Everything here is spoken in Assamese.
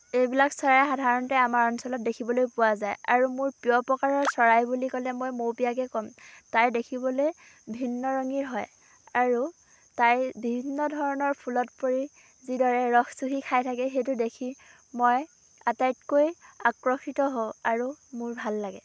এইবিলাক চৰাই সাধাৰণতে আমাৰ অঞ্চলত সাধাৰণতে দেখিবলৈ পোৱা যায় আৰু মোৰ প্ৰিয় প্ৰকাৰৰ চৰাই বুলি ক'লে মই মৌপিয়াকে ক'ম তাই দেখিবলে ভিন্ন ৰঙী হয় আৰু তাই ভিন্ন ধৰণৰ ফুলত পৰি যিদৰে ৰস চুহি খাই থাকে সেইটো দেখি মই আটাইতকৈ আকৰ্ষিত হওঁ আৰু মোৰ ভাল লাগে